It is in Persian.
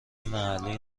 محلی